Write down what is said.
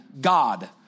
God